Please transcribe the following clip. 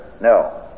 No